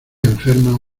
enferma